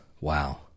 Wow